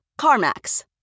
CarMax